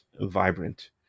vibrant